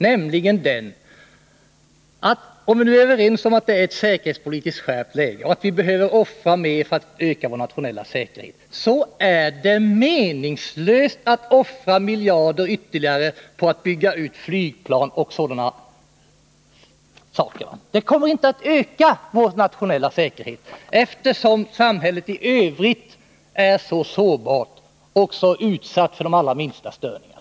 Om vi nu är överens om att det är ett säkerhetspolitiskt skärpt läge och att vi behöver offra mer för vår nationella säkerhet, så är det meningslöst att offra miljarder ytterligare på att bygga ut när det gäller flygplan och sådana saker. Det kommer inte att öka vår nationella säkerhet, eftersom samhället i övrigt är så sårbart och så utsatt för de allra minsta störningar.